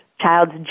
child's